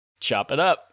CHOPITUP